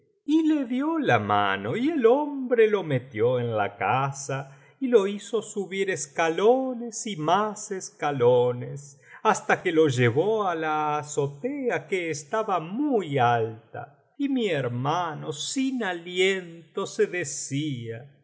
y le dio la mano y el hombre lo metió en la casa y lo hizo subir escalones y más escalones hasta que lo llevó á la azotea que estaba muy alta y mi hermano sin aliento se decía